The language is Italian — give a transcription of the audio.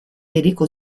enrico